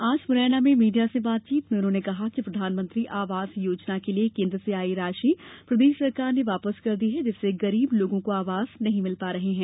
आज मुरैना में मीडिया से बातचीत में उन्होंने कहा कि प्रधानमंत्री आवास योजना के लिये केंद्र से आयी राशि प्रदेश सरकार ने वापस कर दी जिससे गरीब लोगों को आवास नहीं मिल पा रहे है